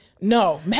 No